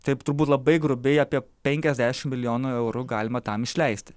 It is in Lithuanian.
taip turbūt labai grubiai apie penkiasdešim milijonų eurų galima tam išleisti